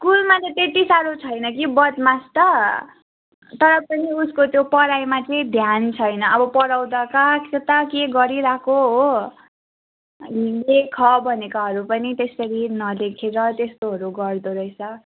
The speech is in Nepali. स्कुलमा त त्यति साह्रो छैन कि बदमास त तर पनि उसको त्यो पढाइमा चाहिँ ध्यान छैन अब पढाउदा कहाँ कता के गरिराखेको हो लेख भनेकोहरू पनि त्यसरी नलेखेर त्यस्तोहरू गर्दो रहेछ